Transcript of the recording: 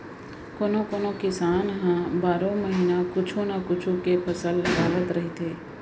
कोनो कोनो किसान ह बारो महिना कुछू न कुछू के फसल लगावत रहिथे